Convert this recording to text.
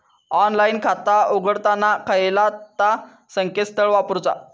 Online खाता उघडताना खयला ता संकेतस्थळ वापरूचा?